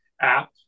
app